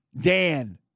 Dan